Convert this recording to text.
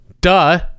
Duh